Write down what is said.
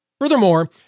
Furthermore